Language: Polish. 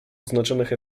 oznaczonych